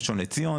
ראשון לציון.